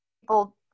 people